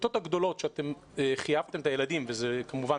בכיתות הגבוהות חייבתם את הילדים זה כמובן